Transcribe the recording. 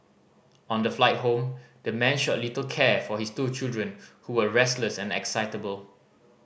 on the flight home the man showed little care for his two children who were restless and excitable